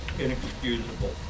inexcusable